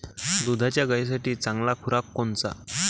दुधाच्या गायीसाठी चांगला खुराक कोनचा?